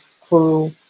crew